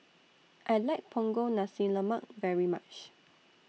I like Punggol Nasi Lemak very much